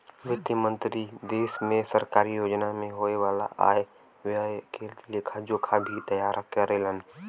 वित्त मंत्री देश में सरकारी योजना में होये वाला आय व्यय के लेखा जोखा भी तैयार करेलन